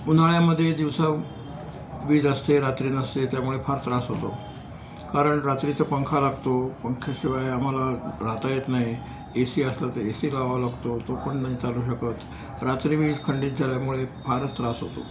उन्हाळ्यामध्ये दिवसा वीज असते रात्री नसते त्यामुळे फार त्रास होतो कारण रात्रीचा पंखा लागतो पंख्याशिवाय आम्हाला राहता येत नाही ए सी असला तर ए सी लावावा लागतो तो पण नाही चालू शकत रात्री वीज खंडित झाल्यामुळे फारच त्रास होतो